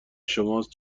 شماست